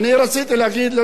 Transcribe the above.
אני לא קבלן קולות.